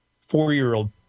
four-year-old